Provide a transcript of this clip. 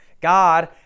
God